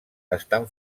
estan